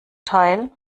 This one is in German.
teil